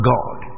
God